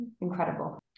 incredible